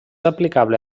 aplicable